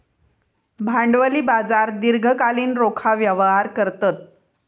भांडवली बाजार दीर्घकालीन रोखा व्यवहार करतत